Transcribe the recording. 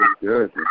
good